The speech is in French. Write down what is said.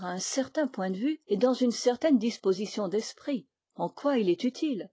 à un certain point de vue et dans une certaine disposition d'esprit en quoi il est utile